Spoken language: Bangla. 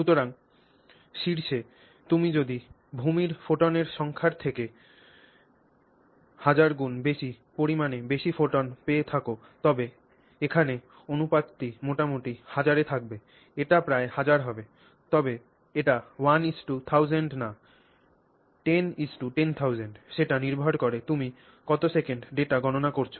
সুতরাং শীর্ষে তুমি যদি ভূমির ফোটনের সংখ্যার থেকে 1000 গুণ বেশি পরিমাণে বেশি ফোটন পেয়ে থাক তবে এখানে অনুপাতটি মোটামুটি 1000 এ থাকবে এটি প্রায় 1000 হবে তবে এটা 1 1000 না 10 10000 সেটা নির্ভর করে তুমি কত সেকেন্ড ডেটা গণনা করছ